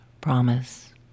Promise